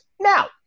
now